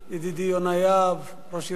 ידידי יונה יהב, ראש עיריית חיפה,